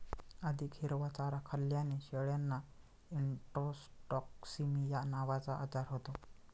अधिक हिरवा चारा खाल्ल्याने शेळ्यांना इंट्रोटॉक्सिमिया नावाचा आजार होतो